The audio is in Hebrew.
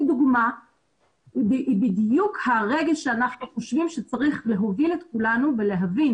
זה בדיוק הרגע שאנחנו חושבים שצריך להוביל את כולנו ולהבין